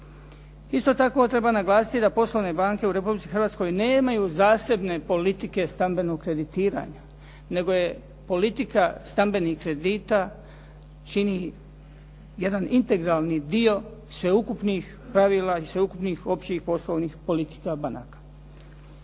Isto tako treba naglasiti da poslovne banke u Republici Hrvatskoj nemaju zasebne politike stambenog kreditiranja, nego je politika stambenih kredita čini jedan integralni dio sveukupnih pravila i sveukupnih općih poslovnih politika banaka.